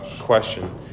question